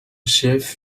chef